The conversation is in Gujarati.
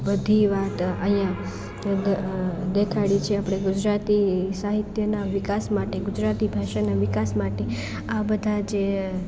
બધી વાત અહીંયા દેખાડી છે આપણે ગુજરાતી સાહિત્યના વિકાસ માટે ગુજરાતી ભાષાના વિકાસ માટે આ બધા જે